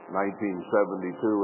1972